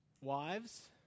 Wives